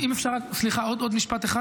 אם אפשר, סליחה, עוד משפט אחד.